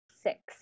Six